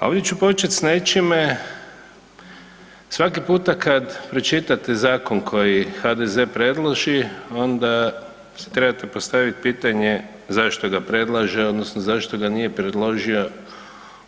A ovdje ću počet s nečime svaki puta kad pročitate zakon koji HDZ predloži onda si trebate postaviti pitanje zašto ga predlaže odnosno zašto ga nije predložio